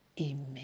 Amen